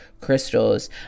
crystals